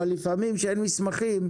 אבל לפעמים כשאין מסמכים,